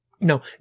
No